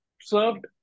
served